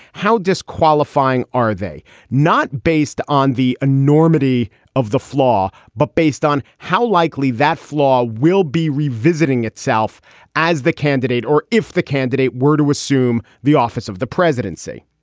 how disqualifying are they not based on the enormity of the flaw. but based on how likely that flaw will be revisiting itself as the candidate or if the candidate were to assume the office of the presidency.